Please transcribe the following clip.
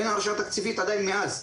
אין הרשאה תקציבית עדיין עוד מאז.